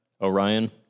Orion